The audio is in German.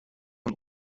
von